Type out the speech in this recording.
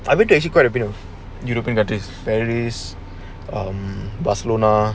I been to actually quite a bit of european countries paris um barcelona